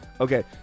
Okay